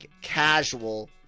casual